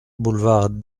boulevard